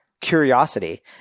curiosity